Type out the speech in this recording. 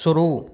शुरू